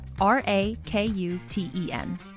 r-a-k-u-t-e-n